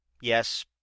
yes